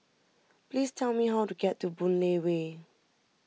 please tell me how to get to Boon Lay Way